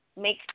make